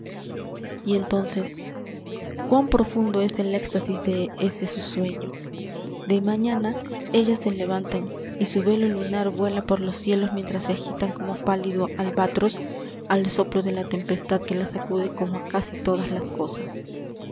cuán profundo es el éxtasis de ese su sueño de mañana ellas se levantan y su velo lunar vuela por los cielos mientras se agitan como pálido albatros al soplo de la tempestad que las sacude como a casi todas las cosas